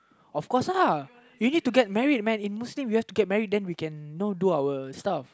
of course lah you need to get married man in Muslim we have to get married then we can know do our stuff